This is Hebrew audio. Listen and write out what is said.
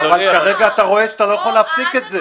אבל כרגע אתה רואה שאתה לא יכול להפסיק את זה.